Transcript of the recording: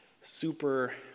super